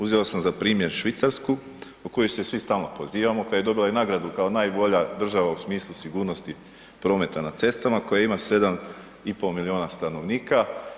Uzeo sam za primjer Švicarsku o kojoj se svi stalno pozivamo, koja je dobila i nagradu kao najbolja država u smislu sigurnosti prometa na cestama koja ima 7,5 milijuna stanovnika.